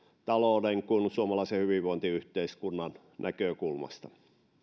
talouden kuin suomalaisen hyvinvointiyhteiskunnan näkökulmasta